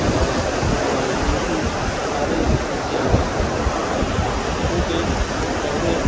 اور یونٹی ساری ان کے اندر قائم تھی کیونکہ پہلے